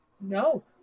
No